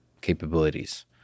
capabilities